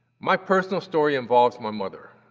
my personal story involves my mother.